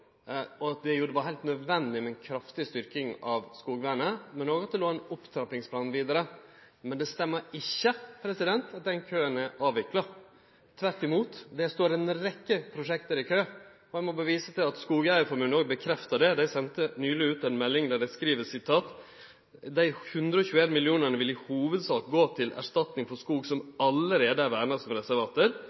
og at det gjorde det heilt nødvendig med ei kraftig styrking av skogvernet, men òg at det låg ein opptrappingsplan vidare. Men det stemmer ikkje at den køen er avvikla. Tvert imot står det ei rekkje prosjekt i kø. Eg må berre vise til at Skogeierforbundet stadfestar det. Dei sende nyleg ut ei melding der dei skriv: «De 121 millionene vil i hovedsak gå til Statskog som erstatning for skog som allerede er